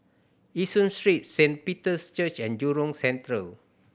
Yishun Street Saint Peter's Church and Jurong Central